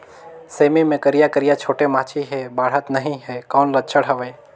सेमी मे करिया करिया छोटे माछी हे बाढ़त नहीं हे कौन लक्षण हवय?